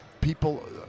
people